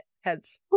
heads